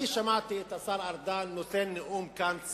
אני שמעתי את השר ארדן נותן כאן נאום צדקני.